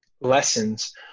lessons